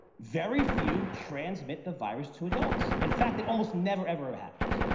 very few transmit the virus to adults. in fact, it almost never ever, ever happens.